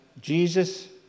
Jesus